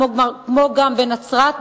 כמו גם בנצרת,